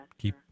Keep